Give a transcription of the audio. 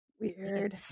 Weird